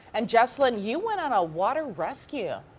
and jessalyn you went on a water rescue.